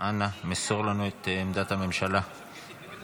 בוסו על התמיכה ועידוד